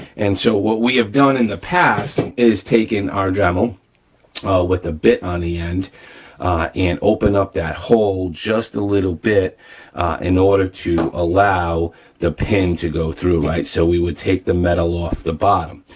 and so, what we have done in the past is take in our dremel with the bit on the end and open up that hole just a little bit in order to allow the pin to go through, right. so we would take the metal off the bottom,